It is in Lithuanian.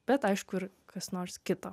bet aišku ir kas nors kito